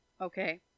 Okay